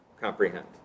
comprehend